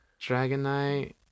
Dragonite